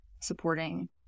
supporting